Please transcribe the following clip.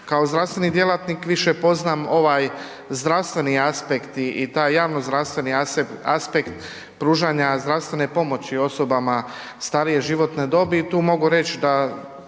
Kao zdravstveni djelatnik više poznam ovaj zdravstveni aspekt i taj javno zdravstveni aspekt pružanja zdravstvene pomoći osobama starije životne dobi